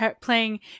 playing